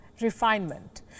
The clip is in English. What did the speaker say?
refinement